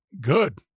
Good